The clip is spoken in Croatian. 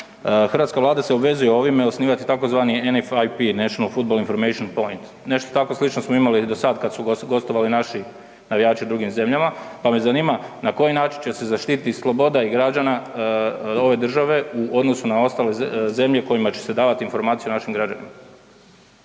hrvatska Vlada se obvezuje ovime osnivati tzv. NFIP - National football inforamtion point, nešto tako slično smo imali i do sada kada su gostovali naši navijači u drugim zemljama, pa me zanima na koji način će se zaštiti sloboda građana ove države u odnosu na ostale zemlje kojima će se davati informacija o našim građanima?